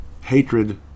hatred